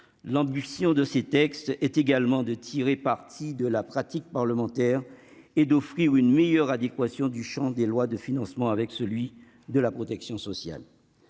L'ambition de ces textes est également de tirer parti de la pratique parlementaire et d'offrir une meilleure adéquation entre le champ des lois de financement et celui de la protection sociale.